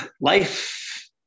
life